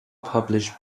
publish